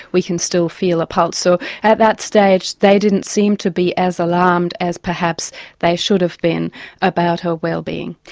we can still feel a pulse. so at that stage, they didn't seem to be as alarmed as perhaps they should have been about her wellbeing.